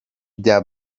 bya